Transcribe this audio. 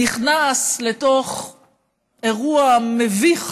נכנס לתוך אירוע מביך